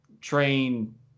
train